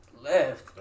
Left